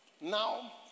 Now